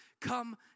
Come